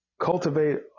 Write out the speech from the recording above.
cultivate